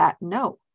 no